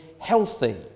healthy